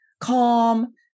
Calm